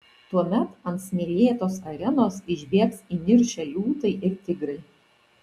tuomet ant smėlėtos arenos išbėgs įniršę liūtai ir tigrai